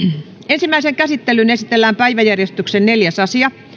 ensimmäiseen käsittelyyn esitellään päiväjärjestyksen neljäs asia